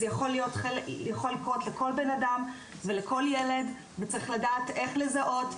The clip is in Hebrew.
זה יכול לקרות לכל בנאדם ולכל ילד וצריך לדעת איך לזהות,